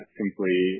simply